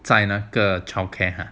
在那个 childcare ah